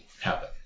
happen